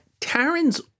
Taryn's